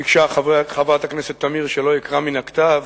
ביקשה חברת הכנסת תמיר שלא אקרא מן הכתב,